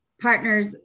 partners